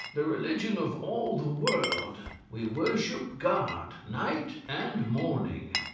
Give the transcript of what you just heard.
the religion of all the world we worship god night and morning.